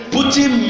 Putting